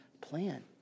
plan